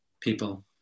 people